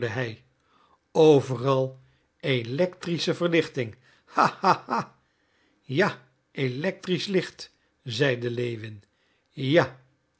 overal electrische verlichting ah ha ha ja electrisch licht zeide lewin ja